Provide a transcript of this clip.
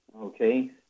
okay